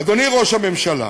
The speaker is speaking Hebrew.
אדוני ראש הממשלה,